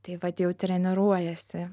tai vat jau treniruojasi